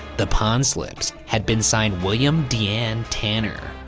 the pawn slips had been signed william deane-tanner,